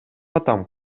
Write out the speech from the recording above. атам